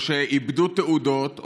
או שאיבדו תעודות,